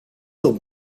tot